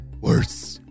worse